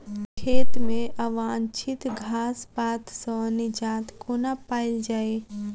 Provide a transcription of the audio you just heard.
खेत मे अवांछित घास पात सऽ निजात कोना पाइल जाइ?